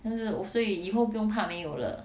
她说无随以后不怕没有了